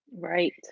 right